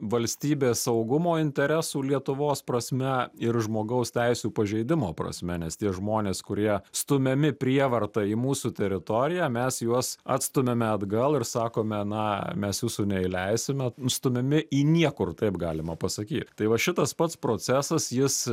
valstybės saugumo interesų lietuvos prasme ir žmogaus teisių pažeidimo prasme nes tie žmonės kurie stumiami prievarta į mūsų teritoriją mes juos atstumiame atgal ir sakome na mes jūsų neįleisime stumiami į niekur taip galima pasakyt tai va šitas pats procesas jis